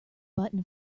button